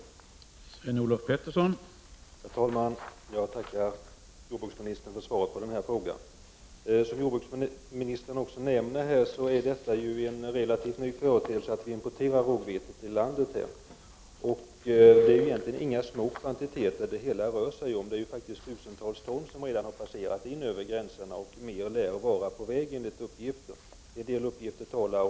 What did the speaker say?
Då Lennart Brunander, som framställt frågan, anmält att han var förhindrad att närvara vid sammanträdet, medgav talmannen att Sven-Olof Petersson i stället fick delta i överläggningen.